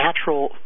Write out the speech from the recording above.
natural